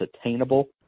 attainable